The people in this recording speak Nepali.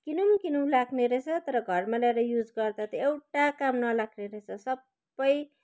किनुँ किनुँ लाग्ने रहेछ तर घरमा ल्याएर युज गर्दा त एउटा काम नलाग्ने रहेछ सबै